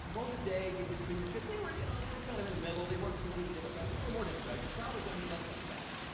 mossadegh and his premiership they you know and were kind of in the middle. they weren't completely democratic, but they were more democratic. the shah was down here less democratic.